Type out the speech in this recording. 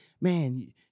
man